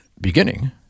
beginning